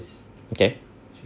okay